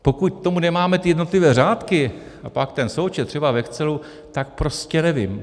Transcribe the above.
Pokud k tomu nemáme jednotlivé řádky a pak ten součet třeba v excelu, tak prostě nevím.